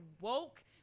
woke